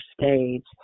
stage